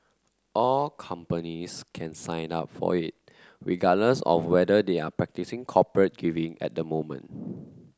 all companies can sign up for it regardless of whether they are practising corporate giving at the moment